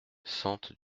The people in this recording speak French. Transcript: sente